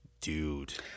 dude